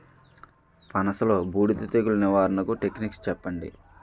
పనస లో బూడిద తెగులు నివారణకు టెక్నిక్స్ చెప్పండి?